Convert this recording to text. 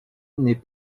n’est